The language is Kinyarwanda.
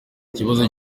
ikibazo